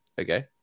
okay